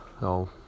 No